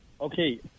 Okay